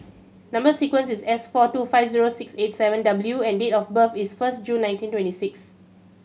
number sequence is S four two five zero six eight seven W and date of birth is first June nineteen twenty six